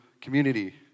community